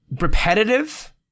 repetitive